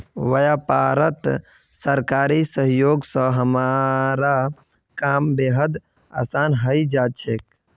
व्यापारत सरकारी सहयोग स हमारा काम बेहद आसान हइ जा छेक